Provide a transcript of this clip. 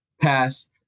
pass